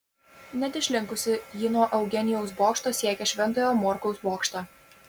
net išlinkusi ji nuo eugenijaus bokšto siekia šventojo morkaus bokštą